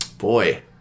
boy